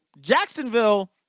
Jacksonville